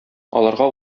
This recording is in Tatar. аларга